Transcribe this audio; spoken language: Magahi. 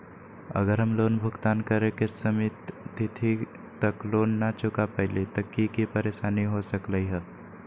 अगर हम लोन भुगतान करे के सिमित तिथि तक लोन न चुका पईली त की की परेशानी हो सकलई ह?